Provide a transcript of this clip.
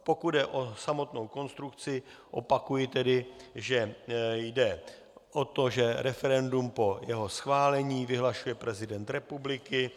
Pokud jde o samotnou konstrukci, opakuji tedy, že jde o to, že referendum po jeho schválení vyhlašuje prezident republiky.